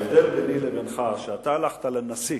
ההבדל ביני לבינך הוא שאתה הלכת לנשיא